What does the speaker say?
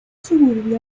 suburbio